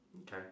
Okay